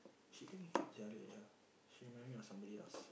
she damn cute sia look at her she remind me of somebody else